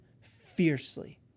fiercely